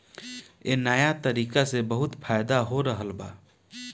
ए नया तरीका से बहुत फायदा हो रहल बा